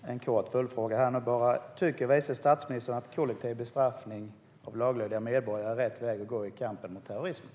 Herr talman! En kort följdfråga: Tycker vice statsministern att kollektiv bestraffning av laglydiga medborgare är rätt väg att gå i kampen mot terrorismen?